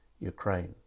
Ukraine